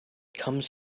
comes